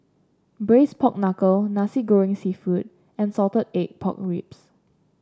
braise Pork Knuckle Nasi Goreng seafood and Salted Egg Pork Ribs